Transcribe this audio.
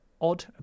odd